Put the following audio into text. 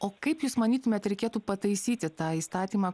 o kaip jūs manytumėt reikėtų pataisyti tą įstatymą